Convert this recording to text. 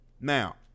Now